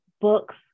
books